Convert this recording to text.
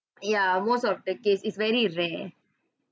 ya most of the case it's very rare